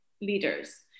leaders